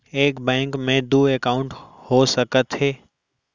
एक बैंक में दू एकाउंट हो सकत हे?